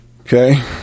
Okay